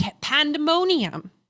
pandemonium